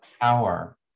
power